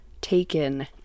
taken